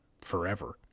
forever